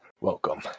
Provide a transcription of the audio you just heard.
Welcome